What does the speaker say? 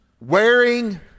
wearing